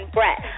Brett